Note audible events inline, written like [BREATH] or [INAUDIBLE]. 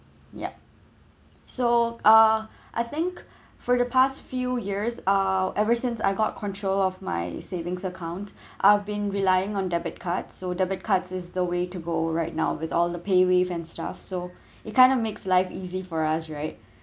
yeah so uh [BREATH] I think [BREATH] for the past few years uh ever since I got control of my savings account [BREATH] I've been relying on debit card so debit card is the way to go right now with all the paywave and stuff so [BREATH] it kind of makes life easy for us right [BREATH]